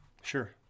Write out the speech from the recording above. Sure